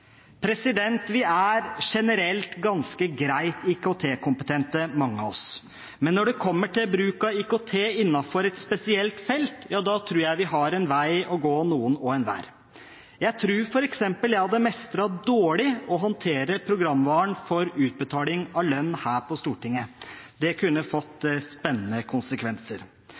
er generelt ganske greit IKT-kompetente, men når det kommer til bruk av IKT innenfor et spesielt felt, tror jeg vi har en vei å gå noen og enhver. Jeg tror f.eks. jeg hadde mestret dårlig å håndtere programvaren for utbetaling av lønn her på Stortinget. Det kunne fått